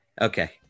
okay